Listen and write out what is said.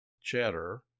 cheddar